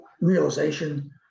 realization